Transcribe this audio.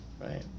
right